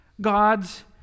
God's